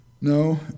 No